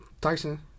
Tyson